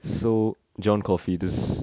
so john coffey this